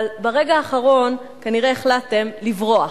אבל ברגע האחרון כנראה החלטתם לברוח.